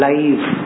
Life